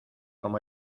como